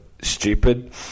stupid